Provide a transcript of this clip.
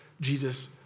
Jesus